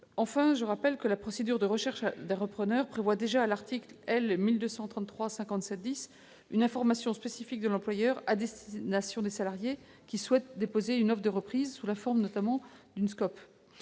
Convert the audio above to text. Enfin, je rappelle que la procédure de recherche d'un repreneur prévoit déjà à l'article L. 1233-57-10 du code du travail une information spécifique de l'employeur à destination des salariés qui souhaitent déposer une offre de reprise sous la forme notamment d'une société